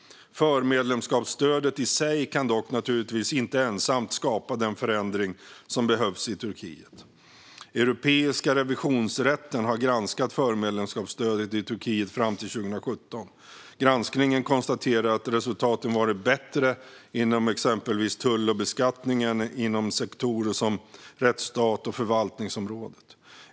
Förmedlemskapsstödet i sig kan dock naturligtvis inte ensamt skapa den förändring som behövs i Turkiet. Europeiska revisionsrätten har granskat förmedlemskapsstödet i Turkiet fram till 2017. Granskningen konstaterar att resultaten varit bättre inom exempelvis tull och beskattning än inom sektorer som rättsstats och förvaltningsområdet.